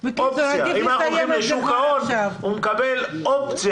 דרך אגב, לא חייב לחול עליה דין רציפות.